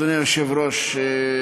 אדוני היושב-ראש,